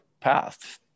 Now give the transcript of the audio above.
path